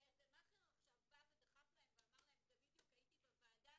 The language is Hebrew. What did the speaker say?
שאיזה מאעכר דחף להם ואז אחר כך,